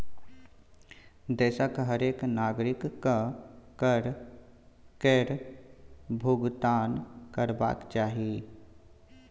देशक हरेक नागरिककेँ कर केर भूगतान करबाक चाही